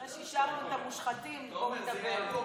אחרי שאישרנו את המושחתים, פתאום לדבר.